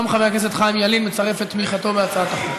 גם חבר הכנסת חיים ילין מצרף את תמיכתו בהצעת החוק.